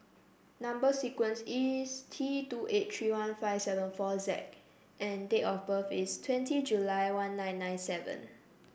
number sequence is T two eight three one five seven four Z and date of birth is twenty July one nine nine seven